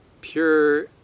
pure